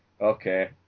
okay